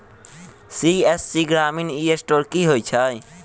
CSC ग्रामीण e store की होइ छै?